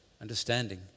understanding